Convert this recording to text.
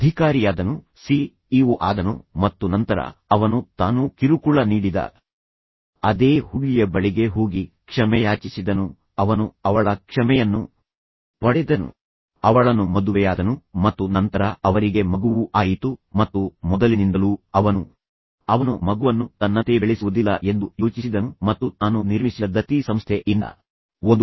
ತದನಂತರ ಅವನು C E O ಆದನು ಮತ್ತು ನಂತರ ಅವನು ತಾನು ಕಿರುಕುಳ ನೀಡಿದ ಅದೇ ಹುಡುಗಿಯ ಬಳಿಗೆ ಹೋಗಿ ಕ್ಷಮೆಯಾಚಿಸಿದನು ಅವನು ಅವಳ ಕ್ಷಮೆಯನ್ನು ಪಡೆದನು ಆದ್ದರಿಂದ ಈ ವ್ಯಕ್ತಿ ಸಂಪೂರ್ಣವಾಗಿ ಬದಲಾಗಿದ್ದಾನೆ ಎಂದು ಅವಳು ಅರಿತುಕೊಂಡಳು ಅವಳು ಒಪ್ಪಿಕೊಂಡಳು ಅವನು ಅವಳನ್ನು ಮದುವೆಯಾದನು ಮತ್ತು ನಂತರ ಅವರಿಗೆ ಮಗುವೂ ಆಯಿತು ಮತ್ತು ಮೊದಲಿನಿಂದಲೂ ಅವನು ಅವನು ಮಗುವನ್ನು ತನ್ನಂತೆ ಬೆಳೆಸುವುದಿಲ್ಲ ಎಂದು ಯೋಚಿಸಿದನು ಮತ್ತು ನಂತರ ತಾನು ನಿರ್ಮಿಸಿದ ದತ್ತಿ ಸಂಸ್ಥೆ ಇಂದ ಸಾಕಷ್ಟು ಹಣವನ್ನು ಖರ್ಚು ಮಾಡುತ್ತಾನೆ